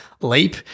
leap